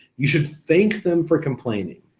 you should thank them for complaining,